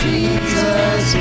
Jesus